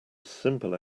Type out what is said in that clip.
simple